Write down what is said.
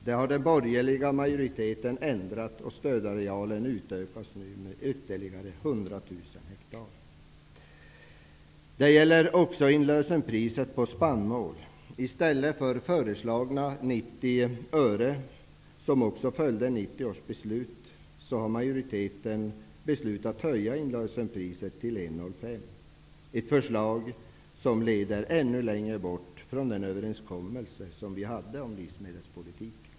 Detta har den borgerliga majoriteten i utskottet ändrat så, att stödarealen nu utökas med ytterligare 100 000 ha. Det gäller också inlösenpriser på spannmål. I stället för föreslagna 90 öre, som följde 1990 års beslut, har majoriteten beslutat att höja inlösenpriset till 1:05, ett förslag som leder ännu längre bort från den överenskommelse som vi träffade om livsmedelspolitiken.